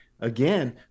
Again